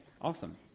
Awesome